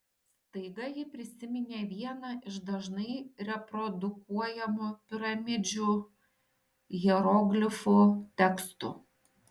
staiga ji prisiminė vieną iš dažnai reprodukuojamų piramidžių hieroglifų tekstų